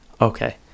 Okay